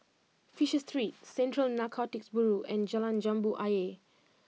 Fisher Street Central Narcotics Bureau and Jalan Jambu Ayer